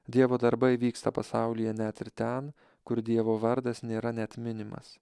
dievo darbai vyksta pasaulyje net ir ten kur dievo vardas nėra net minimas